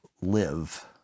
live